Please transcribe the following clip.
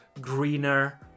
greener